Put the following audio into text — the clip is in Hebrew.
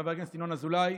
חבר הכנסת ינון אזולאי,